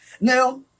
Now